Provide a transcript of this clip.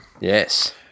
yes